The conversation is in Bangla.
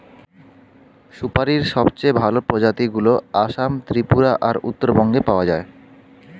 সুপারীর সবচেয়ে ভালো প্রজাতিগুলো আসাম, ত্রিপুরা আর উত্তরবঙ্গে পাওয়া যায়